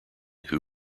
who